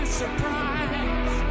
surprise